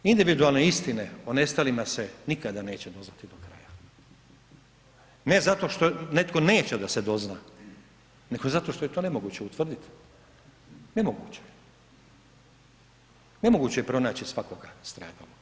Individualne istine o nestalima se nikada neće doznati do kraja, ne zato što netko neće da se dozna, nego zato što je to nemoguće utvrdit, nemoguće, nemoguće je pronaći svakoga stradaloga.